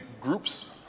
groups